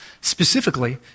specifically